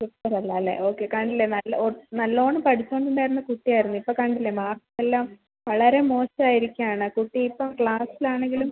തൃപ്തരല്ല അല്ലേ ഓക്കെ കണ്ടില്ലേ നല്ല വണ്ണം പഠിച്ചു കൊണ്ട് ഉണ്ടായിരുന്ന കുട്ടി ആയിരുന്നു ഇപ്പം കണ്ടില്ലേ മാർക്ക് എല്ലാം വളരെ മോശം ആയിരിക്കുക ആണ് കുട്ടി ഇപ്പോൾ ക്ലാസ്സിൽ ആണെങ്കിലും